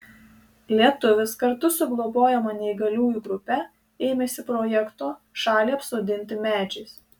lietuvis kartu su jo globojama neįgaliųjų grupe ėmėsi projekto šalį apsodinti medžiais